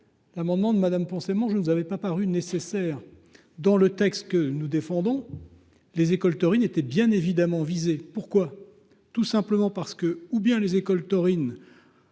L’amendement de Mme Poncet Monge ne nous avait pas paru nécessaire. En effet, dans le texte que nous défendions, les écoles taurines sont bien évidemment visées. Pourquoi ?